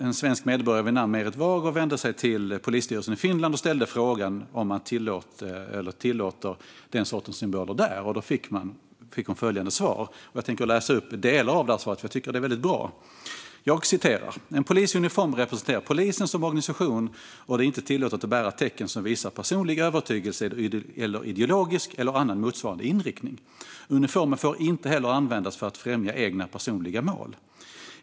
En svensk medborgare vid namn Merit Wager vände sig till polisstyrelsen i Finland och ställde frågan om man tillåter denna sorts symboler där. Jag tänker läsa upp delar av det svar hon fick, för jag tycker att det är väldigt bra. "En polis i uniform representerar Polisen som organisation och det är inte tillåtet att bära tecken som visar personlig övertygelse eller ideologisk eller annan motsvarande inriktning. Uniformen får inte heller användas för att främja egna, personliga mål.